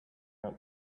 out